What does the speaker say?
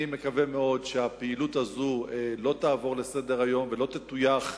אני מקווה מאוד שהפעילות הזו לא תעבור מסדר-היום ולא תטויח.